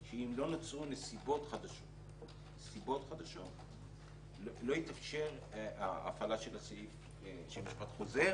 שאם לא נוצרו נסיבות חדשות לא יתאפשר הפעלה של הסעיף של משפט חוזר,